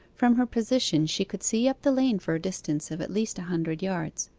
from her position she could see up the lane for a distance of at least a hundred yards.